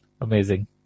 Amazing